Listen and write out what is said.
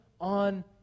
on